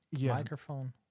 microphone